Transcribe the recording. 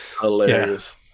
hilarious